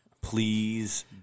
Please